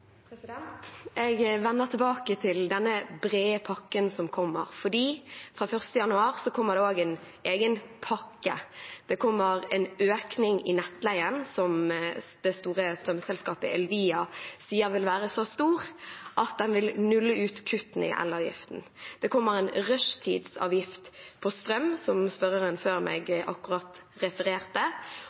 Jeg vender tilbake til denne brede pakken som kommer, for fra 1. januar kommer det også en egen pakke. Det kommer en økning i nettleien som det store strømselskapet Elvia sier vil være så stor at den vil nulle ut kuttene i elavgiften. Det kommer en rushtidsavgift på strøm, som spørreren før meg akkurat refererte,